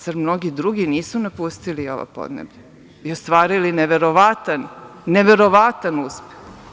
Zar mnogi drugi nisu napustili ova podneblja i ostvarili neverovatan, neverovatan uspeh?